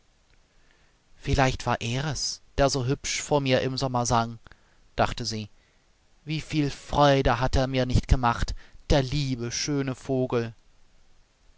vielleicht war er es der so hübsch vor mir im sommer sang dachte sie wieviel freude hat er mir nicht gemacht der liebe schöne vogel